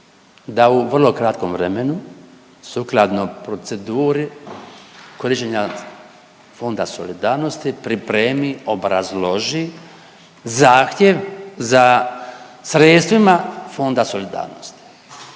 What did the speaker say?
Da u vrlo kratkom vremenu, sukladno proceduri korištenja Fonda solidarnosti pripremi, obrazloži zahtjev za sredstvima Fonda solidarnosti.